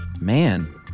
Man